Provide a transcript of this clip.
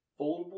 foldable